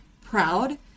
proud